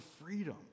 freedom